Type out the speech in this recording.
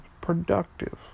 productive